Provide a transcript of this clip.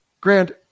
Grant